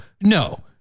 no